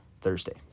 thursday